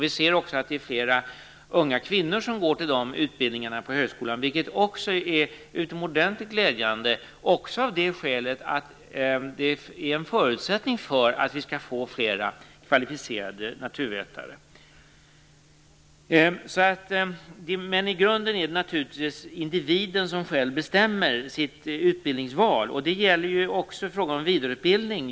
Vi ser också att det är flera unga kvinnor som går till dessa utbildningar i högskolan. Detta är utomordentligt glädjande, också av det skälet att det är en förutsättning för att vi skall få flera kvalificerade naturvetare. I grunden är det naturligtvis individen som själv bestämmer sitt utbildningsval, och det gäller ju också i fråga om vidareutbildning.